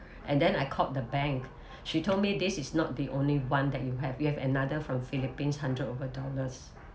and then I called the bank she told me this is not the only one that you have you have another from philippines hundred over dollars